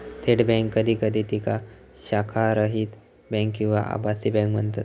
थेट बँक कधी कधी तिका शाखारहित बँक किंवा आभासी बँक म्हणतत